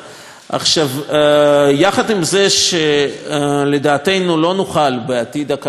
יחד עם זה שלדעתנו לא נוכל בעתיד הקרוב לראות